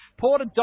Porter